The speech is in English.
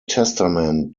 testament